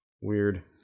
weird